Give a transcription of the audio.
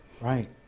Right